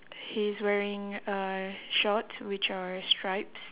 he is wearing uh shorts which are stripes